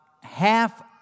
half